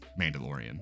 Mandalorian